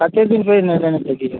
कते दिनके एहिमे देने छलियै हँ